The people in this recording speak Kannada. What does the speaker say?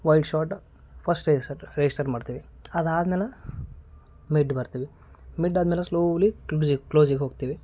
wide shot first register register ಮಾಡ್ತೀವಿ ಅದಾದ್ಮೇಲೆ ಮಿಡ್ ಬರ್ತಿವಿ ಮಿಡ್ ಆದ್ಮೇಲೆ ಸ್ಲೋಲಿ ಕ್ಲೋಝಿ ಕ್ಲೋಝಿಗೆ ಹೋಗ್ತೀವಿ